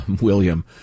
William